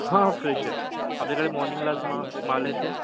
हां फ्रेश आहे आपल्याकडे मॉर्निंगलाच मा माल येते